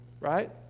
right